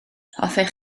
hoffech